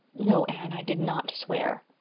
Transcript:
no, anne, i did not swear.